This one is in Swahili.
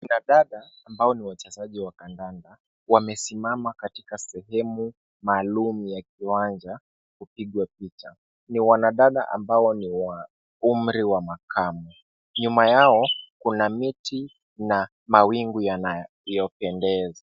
Kina dada ambao ni wachezaji wa kandanda wamesimama katika sehemu maalum ya kiwanja kupigwa picha ni wanadada ambao ni wa umri wa makamo. Nyuma yao kuna miti na mawingu yanayopendeza.